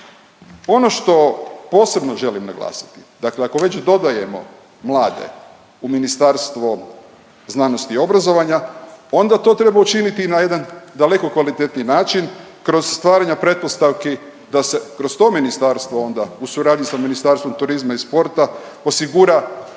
Ono što posebno želim naglasiti dakle ako već dodajemo mlade u Ministarstvo znanosti i obrazovanja, onda to treba učiniti na jedan daleko kvalitetniji način kroz stvaranje pretpostavki da se kroz to ministarstvo onda u suradnji sa Ministarstvom turizma i sporta osigura